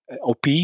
OP